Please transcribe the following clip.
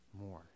more